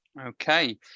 Okay